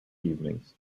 evenings